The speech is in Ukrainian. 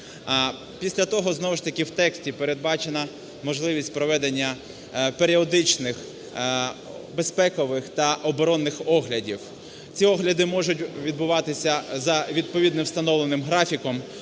Після того знову ж таки в тексті передбачена можливість проведення періодичних безпекових та оборонних оглядів. Ці огляди можуть відбуватися за відповідним встановленим графіком,